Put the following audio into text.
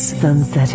sunset